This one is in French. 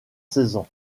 saison